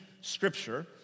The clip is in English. Scripture